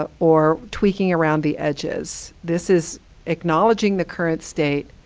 ah or tweaking around the edges. this is acknowledging the current state,